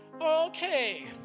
okay